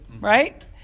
right